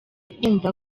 kumva